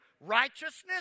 righteousness